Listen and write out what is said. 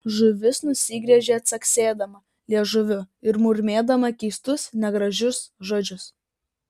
žuvis nusigręžė caksėdama liežuviu ir murmėdama keistus negražius žodžius